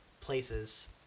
places